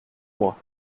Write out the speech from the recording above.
moi